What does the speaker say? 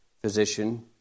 physician